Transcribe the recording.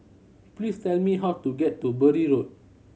please tell me how to get to Bury Road